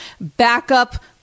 backup